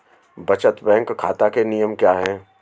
बचत बैंक खाता के नियम क्या हैं?